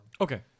Okay